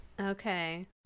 Okay